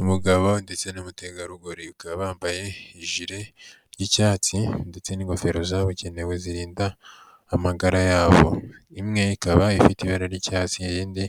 Umugabo ndetse n'umutegarugori bakaba bambaye ijire ry'icyatsi ndetse n'ingofero zabugenewe zirinda amagara yabo, imwe ikaba ifite ibara ry'icyatsi iyindi